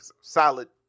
Solid